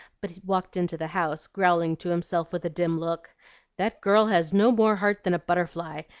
but walked into the house, growling to himself with a grim look that girl has no more heart than a butterfly,